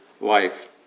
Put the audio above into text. life